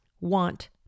want